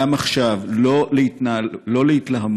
גם עכשיו, לא להתלהמות.